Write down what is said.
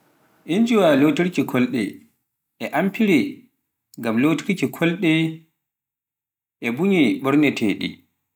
injiwa lotiirgal kolte e amfire ngam lotirki kolte, e bunye ɓorneteeɗe.